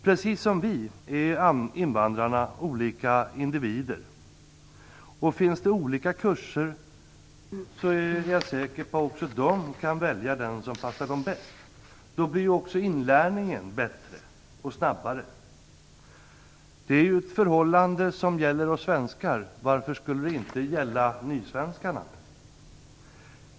Precis som vi är invandrarna olika individer, och jag är säker på att de, om det finns olika kurser, också kan välja dem som passar dem bäst. Då blir även inlärningen bättre och snabbare. Det är ett förhållande som gäller för oss svenskar. Varför skulle det inte gälla för nysvenskarna?